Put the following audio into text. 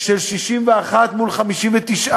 של 61 מול 59,